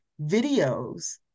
videos